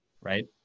Right